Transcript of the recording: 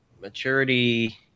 Maturity